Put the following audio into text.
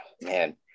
man